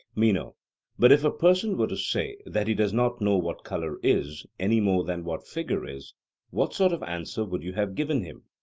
meno but if a person were to say that he does not know what colour is, any more than what figure is what sort of answer would you have given him?